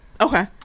Okay